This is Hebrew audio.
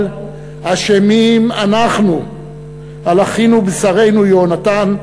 אבל אשמים אנחנו על אחינו בשרנו יהונתן,